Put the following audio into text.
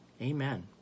Amen